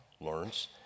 learns